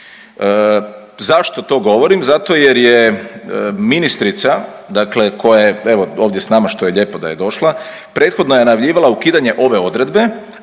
Zašto to govorim? Zato jer je ministrica, dakle koja je evo ovdje s nama, što je lijepo da je došla, prethodno najavljivala ukidanje ove odredbe,